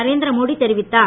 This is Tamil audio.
நரேந்திரமோடி தெரிவித்தார்